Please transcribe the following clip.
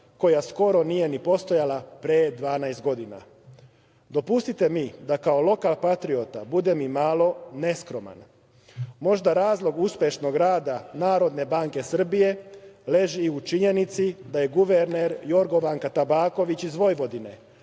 koja skoro nije ni postojala pre 12 godina. Dopustite mi da kao lokalni patriota budem i malo neskroman. Možda razlog uspešnog rada Narodne banke Srbije leži u činjenici da je guverner Jorgovanka Tabaković iz Vojvodine,